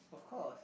of course